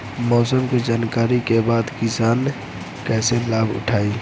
मौसम के जानकरी के बाद किसान कैसे लाभ उठाएं?